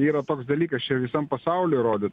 yra toks dalykas čia visam pasauliui rodyt